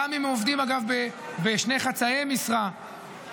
גם אם הם עובדים אגב בשני חצאי משרה במצטבר.